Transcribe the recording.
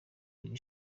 iri